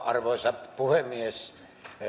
arvoisa puhemies